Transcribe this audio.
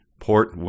port